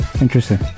Interesting